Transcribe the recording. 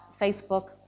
Facebook